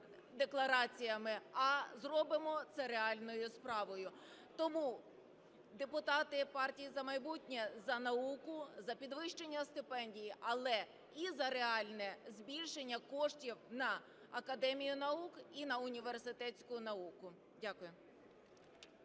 деклараціями, а зробимо це реальною справою. Тому депутати "Партії "За майбутнє" за науку, за підвищення стипендії, але і за реальне збільшення коштів на Академію наук і на університетську науку. Дякую.